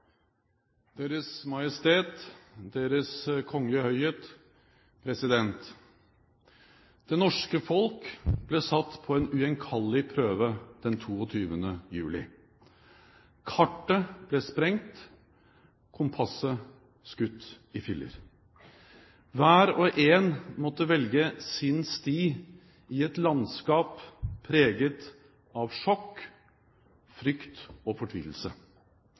Deres Majestet, Deres Kongelige høyhet, president. Det norske folk ble satt på en ugjenkallelig prøve den 22. juli. Kartet ble sprengt, kompasset skutt i filler. Hver og en måtte velge sin sti i et landskap preget av sjokk, frykt og fortvilelse.